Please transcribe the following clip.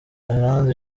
iranzi